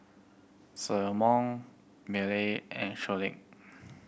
Salomon Millie and